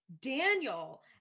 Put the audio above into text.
Daniel